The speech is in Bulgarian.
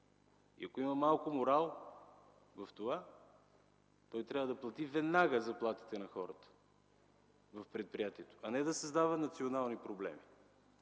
Ако има малко морал, той веднага трябва да плати заплатите на хората в предприятието, а не да създава национални проблеми.